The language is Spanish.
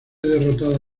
derrotada